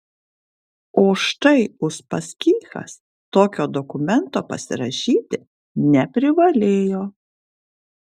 o štai uspaskichas tokio dokumento pasirašyti neprivalėjo